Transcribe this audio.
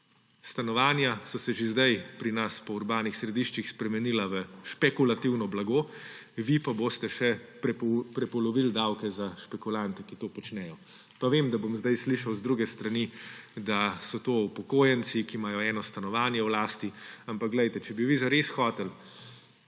Stanovanja so se že sedaj pri nas po urbanih središčih spremenila v špekulativno blago, vi pa boste še prepolovili davke za špekulante, ki to počnejo. Pa vem, da bom sedaj slišal z druge strani, da so to upokojenci, ki imajo eno stanovanje v lasti. Ampak poglejte, če bi vi zares hoteli